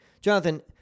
Jonathan